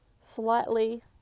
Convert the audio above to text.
slightly